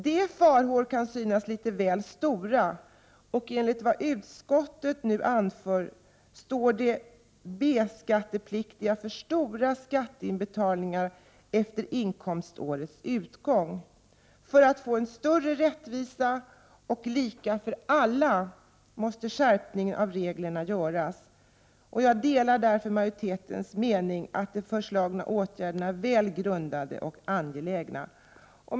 De farhågorna kan synas litet väl stora. Enligt vad utskottet anför står de B-skattepliktiga för stora skatteinbetalningar efter inkomstårets utgång. För att få en större rättvisa och lika för alla måste en skärpning av reglerna göras. Jag delar utskottsmajoritetens mening att de föreslagna åtgärderna är väl grundade och angelägna. Herr talman!